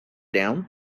down